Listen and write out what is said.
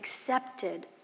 accepted